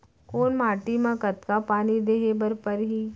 कोन माटी म कतका पानी देहे बर परहि?